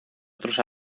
otros